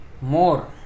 more